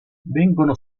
vengono